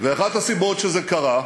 ואחת הסיבות לכך שזה קרה,